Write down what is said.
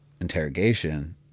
interrogation